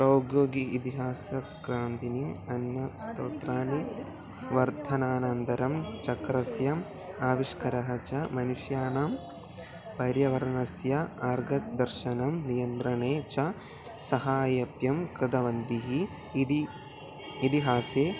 प्रौद्योगिक इतिहासक्रान्तिः अन्नस्रोतानि वर्धनानन्तरं चक्रस्य आविष्कारः च मनुष्याणां पर्यावरणस्य मार्गदर्शनं नियन्त्रणे च सहाय्यं कृतवन्तः इति इतिहासे